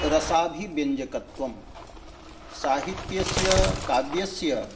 रसाभिव्यञ्जकत्वं साहित्यस्य काव्यस्य